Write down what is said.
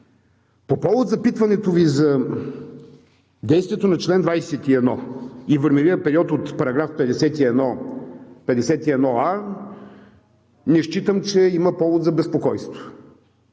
По повод запитването Ви за действието на чл. 21 и времевият период от § 51а не считам, че има повод за безпокойство.